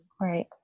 Right